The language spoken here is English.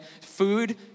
food